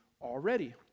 already